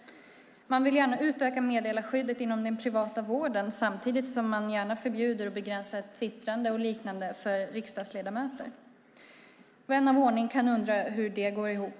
Man vill gärna utöka meddelarskyddet inom den privata vården samtidigt som man gärna vill förbjuda och begränsa twittrande och liknande för riksdagsledamöter. Vän av ordning kan undra hur det går ihop.